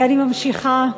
אני ממשיכה,